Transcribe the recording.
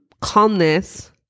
calmness